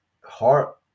heart